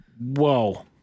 Whoa